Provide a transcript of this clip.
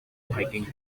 hiking